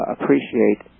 appreciate